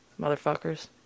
motherfuckers